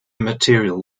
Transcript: material